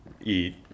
eat